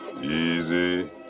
Easy